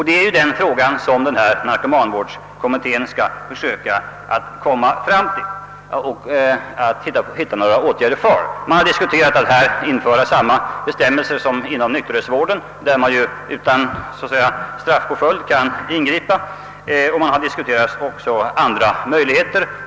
Det är ju i den frågan narkomanvårdskommittén skall framlägga förslag till åtgärder. Man har diskuterat att här införa samma bestämmelser som i fråga om nykterhetsvården, där man nu utan straffpåföljd kan ingripa. Man har också diskuterat andra möjligheter.